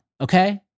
okay